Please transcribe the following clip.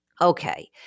Okay